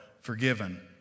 forgiven